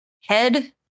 Head